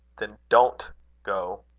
then don't go.